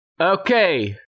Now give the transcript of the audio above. Okay